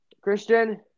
Christian